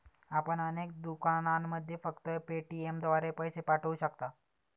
आपण अनेक दुकानांमध्ये फक्त पेटीएमद्वारे पैसे पाठवू शकता